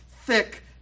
thick